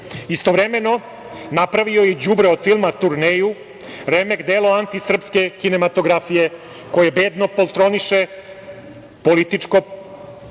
Istovremeno napravio je i đubre od filma, „Turneju“, remek delo antisrpske kinematografije koje bedno poltroniše političko